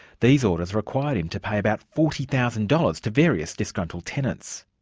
these orders required him to pay about forty thousand dollars to various disgruntled tenants.